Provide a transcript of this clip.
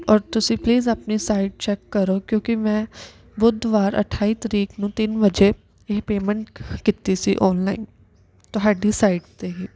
ਔਰ ਤੁਸੀਂ ਪਲੀਜ਼ ਆਪਣੀ ਸਾਈਟ ਚੈੱਕ ਕਰੋ ਕਿਉਂਕਿ ਮੈਂ ਬੁੱਧਵਾਰ ਅਠਾਈ ਤਰੀਕ ਨੂੰ ਤਿੰਨ ਵਜੇ ਇਹ ਪੇਮੈਂਟ ਕੀਤੀ ਸੀ ਆਨਲਾਈਨ ਤੁਹਾਡੀ ਸਾਈਟ 'ਤੇ ਹੀ